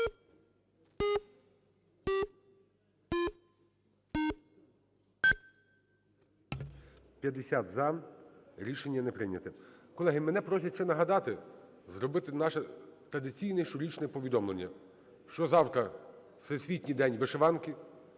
За-50 Рішення не прийнято. Колеги, мене просять ще нагадати зробити наше традиційне щорічне повідомлення, що завтра – Всесвітній день вишиванки.